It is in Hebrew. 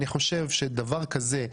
אני חושב שדבר הזה,